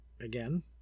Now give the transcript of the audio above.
again